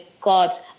God's